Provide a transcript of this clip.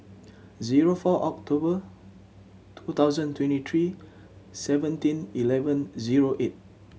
zero four October two thousand twenty three seventeen eleven zero eight